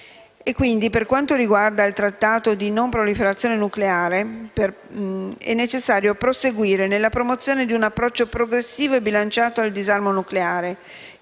per quanto riguarda il Trattato di non proliferazione nucleare, è necessario proseguire nella promozione di un approccio progressivo e bilanciato al disarmo nucleare,